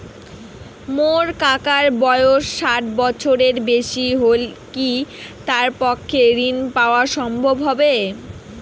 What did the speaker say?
মোর কাকার বয়স ষাট বছরের বেশি হলই কি তার পক্ষে ঋণ পাওয়াং সম্ভব হবি?